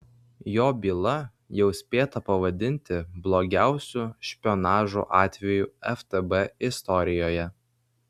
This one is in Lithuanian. jo byla jau spėta pavadinti blogiausiu špionažo atveju ftb istorijoje